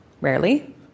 Rarely